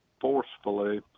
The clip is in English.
forcefully